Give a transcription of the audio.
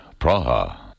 Praha